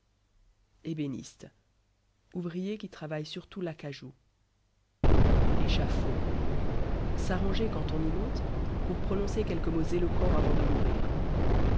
ébéniste ouvrier qui travaille surtout l'acajou échafaud s'arranger quand on y monte pour prononcer quelques mots éloquents avant de mourir